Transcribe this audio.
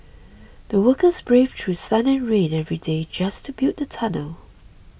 the workers braved through sun and rain every day just to build the tunnel